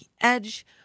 edge